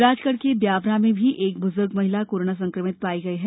राजगढ़ के ब्यावरा में भी एक ब्ज्र्ग महिला कोरोना संक्रमित पाई गई है